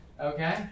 Okay